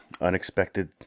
unexpected